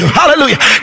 hallelujah